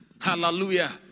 Hallelujah